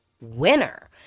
winner